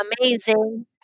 amazing